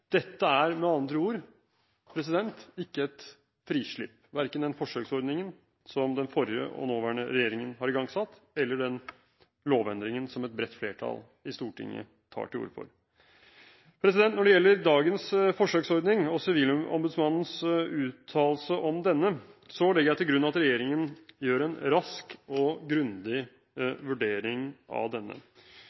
Dette er med andre ord ikke noe frislipp. Verken den forsøksordningen som forrige og nåværende regjering har igangsatt, eller den lovendringen som et bredt flertall i Stortinget tar til orde for, er det. Når det gjelder dagens forsøksordning og Sivilombudsmannens uttalelse om denne, legger jeg til grunn at regjeringen gjør en rask og grundig vurdering av